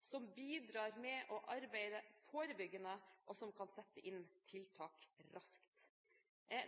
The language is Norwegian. som bidrar med å arbeide forebyggende, og som kan sette inn tiltak raskt.